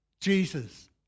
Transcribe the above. Jesus